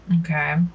Okay